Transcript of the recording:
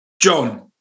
John